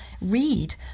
read